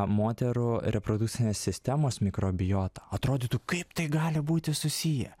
moterų reprodukcinės sistemos mikrobiotą atrodytų kaip tai gali būti susiję